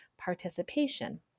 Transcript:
participation